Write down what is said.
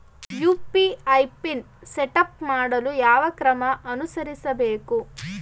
UPI PIN setup ಮಾಡಲು ಯಾವ ಕ್ರಮ ಅನುಸರಿಸಬೇಕು?